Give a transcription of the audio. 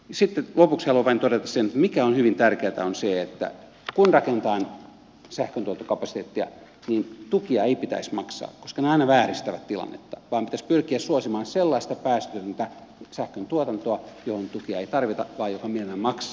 sitten lopuksi haluan vain todeta sen että se mikä on hyvin tärkeätä on se että kun rakennetaan sähköntuotantokapasiteettia niin tukia ei pitäisi maksaa koska ne aina vääristävät tilannetta vaan pitäisi pyrkiä suosimaan sellaista päästötöntä sähköntuotantoa johon tukia ei tarvita vaan joka mielellään maksaa veroa